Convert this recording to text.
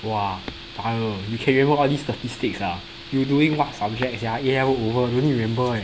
!wah! brother you can remember all these statistics ah you doing what subject sia A level over you need remember eh